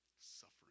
Suffering